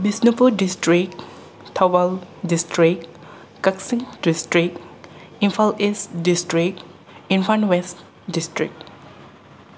Bishnupur district Thoubal district Kakching district Imphal east district Imphal west district